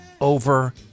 over